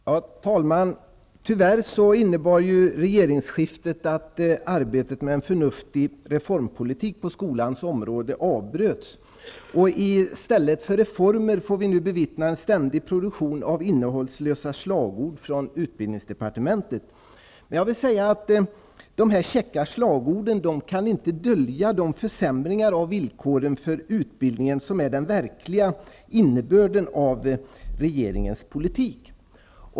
Herr talman! Tyvärr innebar regeringsskiftet att arbetet med en förnuftig reformpolitik på skolans område avbröts. I stället för reformer får vi nu bevittna en ständig produktion av innehållslösa slagord från utbildningsdepartementet. De käcka slagorden kan emellertid inte dölja de försämringar av villkoren för utbildningen som är den verkliga innebörden av regeringens politik.